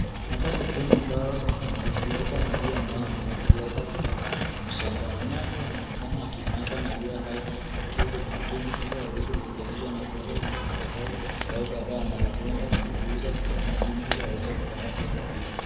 Hapa ni sehemu ambayo wanazieka maziwa ambayo wameleta kutoa mashambani naye huyu anaonekana akimwaga maziwa haya kuingia kwenye mtungi ili aweze kuchemsha na kuekwa kwenye vijikaratasi halafu baadae anaezaenda kuziuza mjini akaweze kupata hela pia.